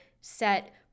set